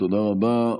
תודה רבה.